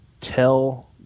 tell